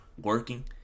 working